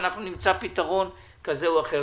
ואנחנו נמצא פתרון כזה או אחר.